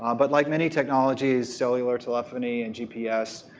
um but like many technologies, cellular telephony, and gps,